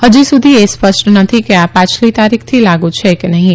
હજી સુધી એ સ્પષ્ટ નથી કે આ પાછલી તારીખથી લાગુ છે કે નહીં